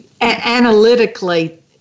analytically